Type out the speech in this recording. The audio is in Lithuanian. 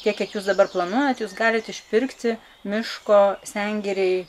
tiek kiek jūs dabar planuojat jūs galit išpirkti miško sengirei